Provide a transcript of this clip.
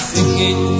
Singing